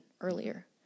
earlier